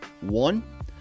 one